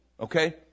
Okay